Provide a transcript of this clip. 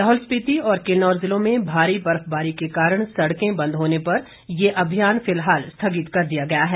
लाहौल स्पीति और किन्नौर जिलों में भारी बर्फबारी के कारण सड़कें बंद होने पर यह अभियान फिलहाल स्थगित कर दिया गया है